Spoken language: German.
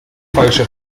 falsche